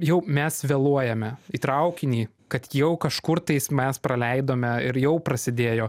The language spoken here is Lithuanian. jau mes vėluojame į traukinį kad jau kažkur tais mes praleidome ir jau prasidėjo